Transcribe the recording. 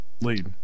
lead